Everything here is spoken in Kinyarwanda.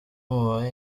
mubanye